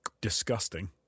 disgusting